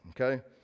okay